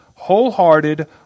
Wholehearted